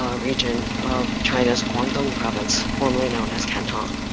ah region of china's guangdong province, formerly known as canton.